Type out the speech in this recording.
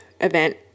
event